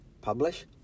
publish